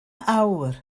awr